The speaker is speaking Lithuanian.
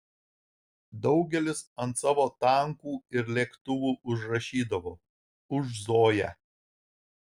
daugelis ant savo tankų ir lėktuvų užrašydavo už zoją